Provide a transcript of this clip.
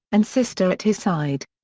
and sister at his side.